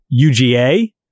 UGA